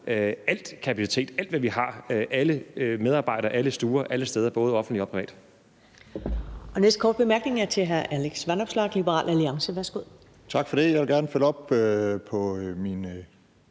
den kapacitet, alt, hvad vi har, alle medarbejdere, alle stuer, alle steder, både offentligt og privat.